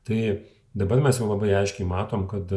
tai dabar mes jau labai aiškiai matom kad